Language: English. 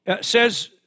says